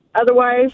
Otherwise